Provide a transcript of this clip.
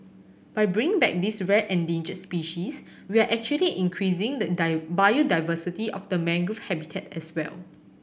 by bringing back this rare endangered species we are actually increasing the biodiversity of the mangrove habitat as well